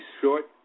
short